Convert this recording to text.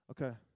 Okay